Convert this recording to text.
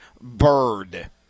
Bird